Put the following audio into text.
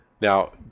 now